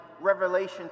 Revelation